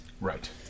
Right